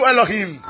Elohim